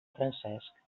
francesc